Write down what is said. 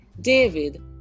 David